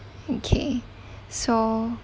okay so